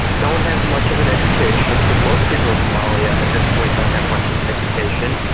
don't have much of an education, because most people in somalia at this point don't have much of an education,